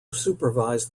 supervised